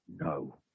No